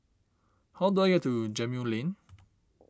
how do I get to Gemmill Lane